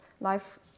life